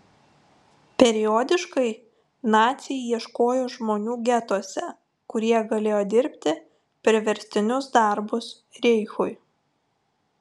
periodiškai naciai ieškojo žmonių getuose kurie galėjo dirbti priverstinius darbus reichui